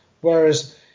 Whereas